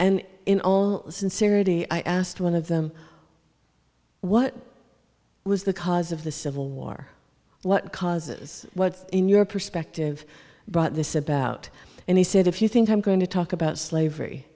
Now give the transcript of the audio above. and in all sincerity i asked one of them what was the cause of the civil war what causes what in your perspective brought this about and he said if you think i'm going to talk about slavery